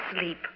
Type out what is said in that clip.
sleep